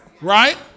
Right